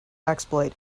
exploit